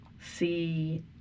see